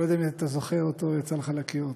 אני לא יודע אם אתה זוכר אותו, יצא לך להכיר אותו.